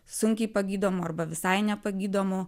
sunkiai pagydomų arba visai nepagydomų